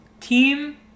team